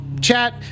chat